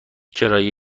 کرایه